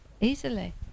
easily